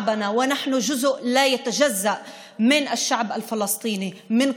בשל מיעוט האנשים העוברים בה.